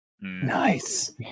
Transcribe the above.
Nice